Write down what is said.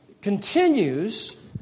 continues